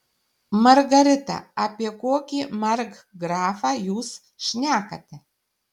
margarita apie kokį markgrafą jūs šnekate